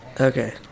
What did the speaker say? Okay